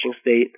state